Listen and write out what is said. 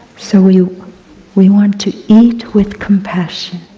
so we we want to eat with compassion,